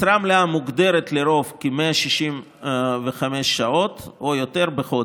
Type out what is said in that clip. משרה מלאה מוגדרת לרוב כ-165 שעות או יותר בחודש.